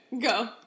Go